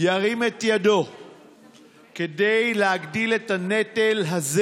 ירים את ידו כדי להגדיל את הנטל הזה,